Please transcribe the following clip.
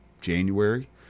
January